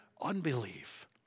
unbelief